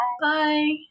Bye